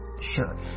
Sure